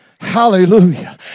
Hallelujah